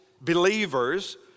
believers